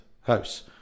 house